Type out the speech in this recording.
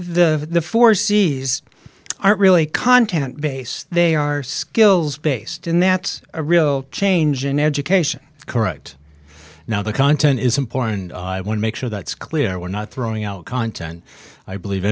the four seas aren't really content based they are skills based in that's a real change in education correct now the content is important i want to make sure that it's clear we're not throwing out content i believe